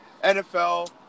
NFL